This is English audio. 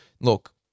look